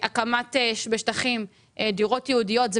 ייעוד של שטחים מסוימים לדירות ייעודיות זה